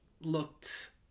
looked